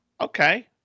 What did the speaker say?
Okay